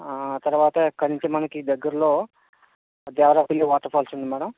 తర్వాత అక్కడి నించి మనకి దగ్గర్లో దేవరపల్లి వాటర్ ఫాల్స్ ఉంది మ్యాడమ్